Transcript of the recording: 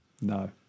no